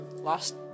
last